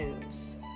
news